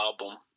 album